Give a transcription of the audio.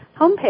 homepage